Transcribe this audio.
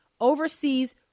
oversees